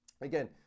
Again